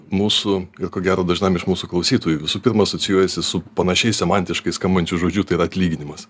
mūsų ko gero dažnam iš mūsų klausytojų visų pirma asocijuojasi su panašiai semantiškai skambančiu žodžiu tai yra atlyginimas